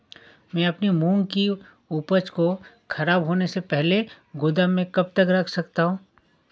मैं अपनी मूंग की उपज को ख़राब होने से पहले गोदाम में कब तक रख सकता हूँ?